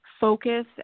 focus